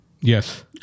Yes